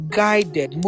guided